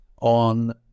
on